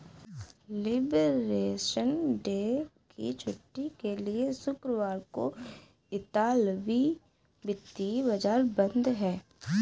liberation day की छुट्टी के लिए शुक्रवार को इतालवी वित्तीय बाजार बंद हैं